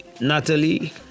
Natalie